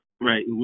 Right